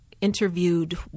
interviewed